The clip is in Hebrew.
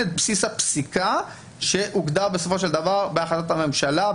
ועדיין אין את בסיס הפסיקה שהוגדר בסופו של דבר בהחלטות הממשלה,